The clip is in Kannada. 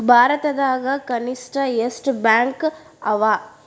ಭಾರತದಾಗ ಕನಿಷ್ಠ ಎಷ್ಟ್ ಬ್ಯಾಂಕ್ ಅವ?